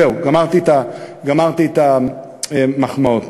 זהו, גמרתי את המחמאות.